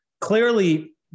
clearly